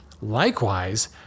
Likewise